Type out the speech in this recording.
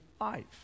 life